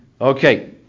Okay